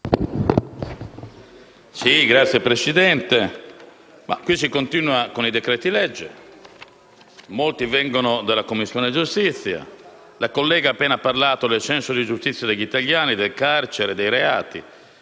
Signora Presidente, qui si continua con i decreti-legge, molti dei quali arrivano dalla Commissione giustizia. La collega Stefani ha appena parlato del senso di giustizia degli italiani, del carcere, dei reati.